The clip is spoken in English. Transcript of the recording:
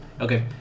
Okay